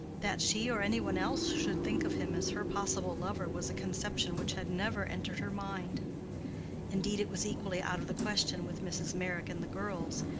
that she or any one else should think of him as her possible lover was a conception which had never entered her mind indeed it was equally out of the question with mrs. meyrick and the girls,